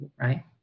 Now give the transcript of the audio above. right